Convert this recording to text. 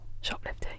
Shoplifting